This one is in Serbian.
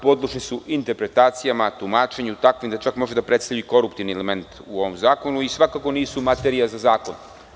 Podložni su interpretacijama i tumačenju takvom da čak mogu da predstavljaju i koruptivni element u ovom zakonu i svakako nisu materija za zakon.